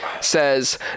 Says